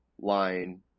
line